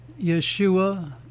Yeshua